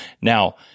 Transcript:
Now